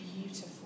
beautiful